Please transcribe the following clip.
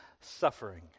suffering